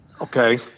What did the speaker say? Okay